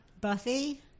Buffy